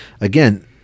again